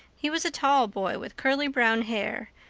he was a tall boy, with curly brown hair,